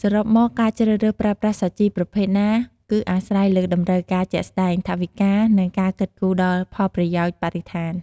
សរុបមក ការជ្រើសរើសប្រើប្រាស់សាជីប្រភេទណា គឺអាស្រ័យលើតម្រូវការជាក់ស្តែង ថវិកា និងការគិតគូរដល់ផលប៉ះពាល់បរិស្ថាន។